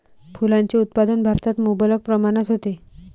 फुलांचे उत्पादन भारतात मुबलक प्रमाणात होते